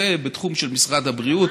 זה בתחום של משרד הבריאות,